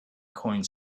coins